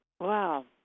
Wow